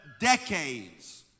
decades